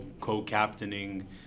co-captaining